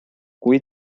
kui